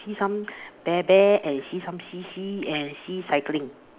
see some bear bear and see some see see and see cycling